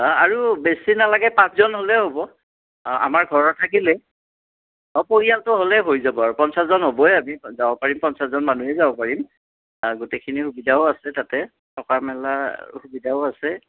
আৰু বেছি নালাগে পাঁচজন হ'লে হ'ব অঁ আমাৰ ঘৰৰ থাকিলেই অঁ পৰিয়ালটো হ'লেই হৈ যাব আৰু পঞ্চাছজন হ'বই আমি যাব পাৰিম পঞ্চাছজন মানুহেই যাব পাৰিম অঁ গোটেইখিনি সুবিধাও আছে তাতে থকা মেলা সুবিধাও আছে